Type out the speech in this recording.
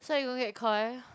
so you going to get Koi